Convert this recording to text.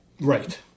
right